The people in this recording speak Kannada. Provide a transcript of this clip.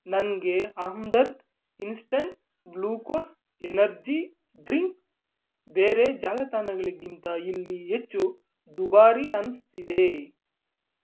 ನನಗೆ Hamdard instant glucose energy drink ಬೇರೆ ಜಾಲತಾಣಗಳಿಗಿಂತ ಇಲ್ಲಿ ಹೆಚ್ಚು ದುಬಾರಿ ಅನಿಸ್ತಿದೆ